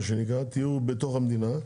תיור בתוך המדינה,